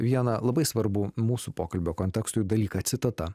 vieną labai svarbų mūsų pokalbio kontekstui dalyką citata